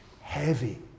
heavy